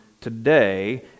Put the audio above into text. today